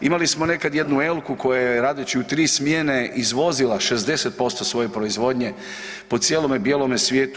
Imali smo nekada jednu Elku koja je radeći u 3 smjene izvozila 60% svoje proizvodnje po cijelome bijelome svijetu.